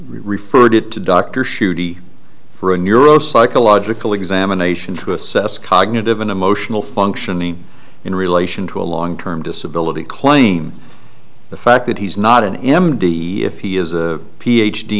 referred it to dr shooty for a neuro psychological examination to assess cognitive and emotional functioning in relation to a long term disability claim the fact that he's not an m d if he is a p